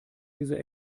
diese